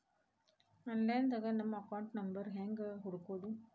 Online ದಾಗ ನಮ್ಮ account number ಹೆಂಗ್ ಹುಡ್ಕೊದು?